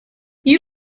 you